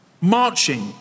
Marching